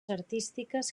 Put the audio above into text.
artístiques